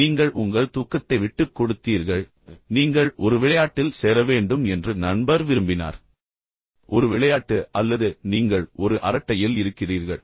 எனவே நீங்கள் உங்கள் தூக்கத்தை விட்டுக் கொடுத்தீர்கள் பின்னர் நீங்கள் ஒரு விளையாட்டில் சேர வேண்டும் என்று நண்பர் விரும்பினார் ஒரு விளையாட்டு அல்லது நீங்கள் ஒரு அரட்டையில் இருக்கிறீர்கள்